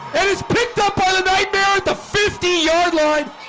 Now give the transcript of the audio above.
it is picked up by the nightmare at the fifty yard line.